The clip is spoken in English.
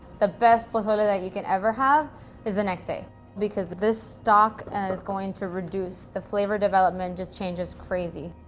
the best pozole that you can ever have is the next day because this stock is going to reduce. the flavor development just changes crazy.